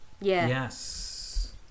yes